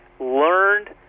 learned